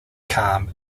calm